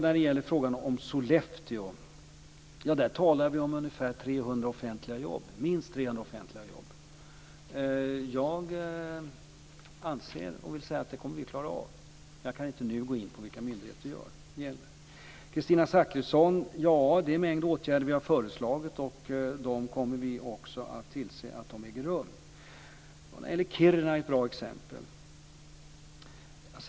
När det gäller Sollefteå talar vi om minst 300 offentliga jobb. Jag anser att vi kommer att klara av det, men jag kan inte nu gå in på vilka myndigheter det gäller. Till Kristina Zakrisson vill jag säga att vi har föreslagit en mängd åtgärder, och vi kommer också att se till att de vidtas. Kiruna är ett bra exempel.